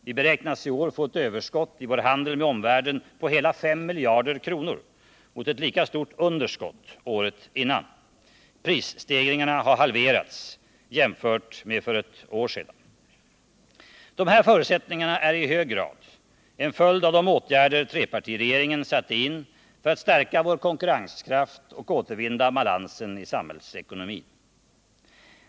Vi beräknas i år få ett överskott i vår handel med omvärlden på hela 5 miljarder kronor — mot ett lika stort underskott året innan. Prisstegringarna har halverats jämfört med för ett år sedan. De här förutsättningarna är i hög grad en följd av de åtgärder trepartiregeringen satte in för att stärka vår konkurrenskraft och återvinna balansen i samhällsekonomin.